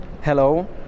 hello